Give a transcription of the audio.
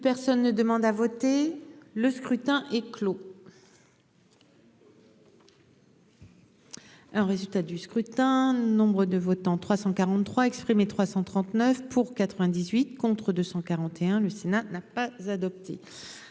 personne ne demande à voter. Le scrutin est clos. Un résultat du scrutin. Nombre de votants 343 exprimés, 339 pour 98 contre 241. Le Sénat. Pas adopté.